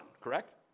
correct